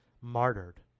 martyred